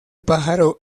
pájaro